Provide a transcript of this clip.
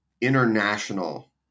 international